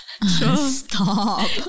Stop